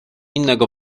innego